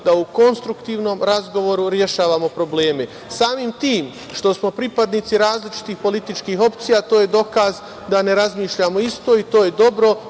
da u konstruktivnom razgovoru rešavamo probleme, samim tim što smo pripadnici različitih političkih opcija, to je dokaz da ne razmišljamo isto i to je dokaz